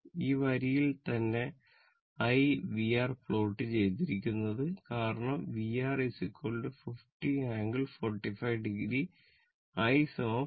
ഈ വരിയിൽ തന്നെ I Vr പ്ലോട്ട് ചെയ്തിരിക്കുന്നത് കാരണം Vr 50 ∟45 o I 5 ∟45 o